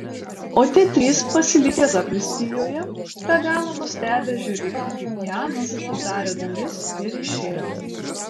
o tie trys pasilikę zakristijoje be galo nustebę žiūrėjo kaip janas atidarė duris ir išėjo